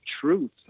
truth